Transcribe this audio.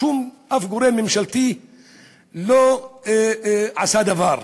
שום גורם ממשלתי לא עשה דבר.